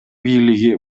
бийлиги